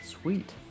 Sweet